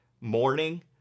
morning